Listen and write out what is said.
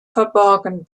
verborgen